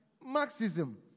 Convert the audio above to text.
Marxism